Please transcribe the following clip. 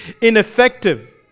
ineffective